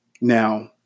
Now